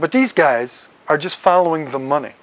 but these guys are just following the money